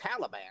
Taliban